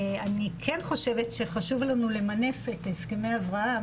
אני כן חושבת שחשוב לנו למנף את הסכמי אברהם